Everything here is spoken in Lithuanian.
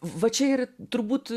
va čia ir turbūt